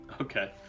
Okay